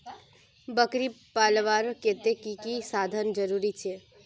बकरी पलवार केते की की साधन जरूरी छे?